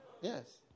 Yes